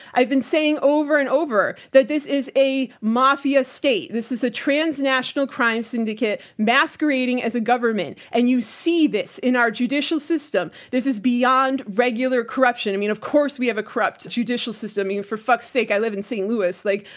i've been saying over and over that this is a mafia state. this is a transnational crime syndicate masquerading as a government and you see this in our judicial system. this is beyond regular corruption. i mean, of course we have a corrupt judicial system, i mean for fuck's sake, i live in st. louis, like,